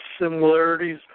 similarities